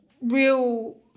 real